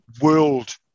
world